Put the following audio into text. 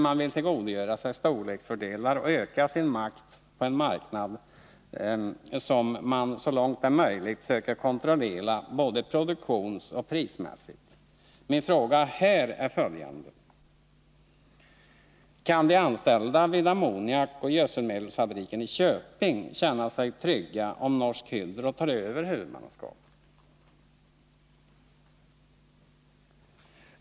Man vill tillgodogöra sig storleksfördelar och öka sin makt på en marknad som man så långt det är möjligt söker kontrollera både produktionsoch prismässigt. Min fråga här är: Kan de anställda vid ammoniakoch gödselmedelsfabriken i Köping känna sig trygga, om Norsk Hydro tar över huvudmannaskapet?